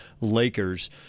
Lakers